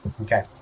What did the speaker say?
Okay